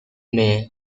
may